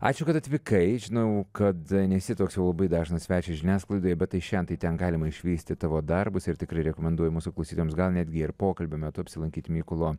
ačiū kad atvykai žinau kad nesi toks labai dažnas svečias žiniasklaidoje bet tai šen tai ten galima išvysti tavo darbus ir tikrai rekomenduoju mūsų klausytojams gal netgi ir pokalbio metu apsilankyti mykolo